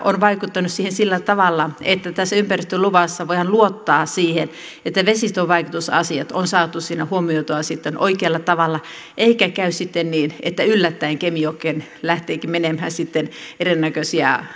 on vaikuttanut siihen sillä tavalla että tässä ympäristöluvassa voidaan luottaa siihen että vesistövaikutusasiat on saatu siinä huomioitua sitten oikealla tavalla eikä käy sitten niin että yllättäen kemijokeen lähteekin menemään erinäköisiä